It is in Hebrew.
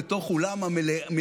לתוך אולם המליאה,